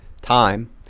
time